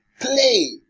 Play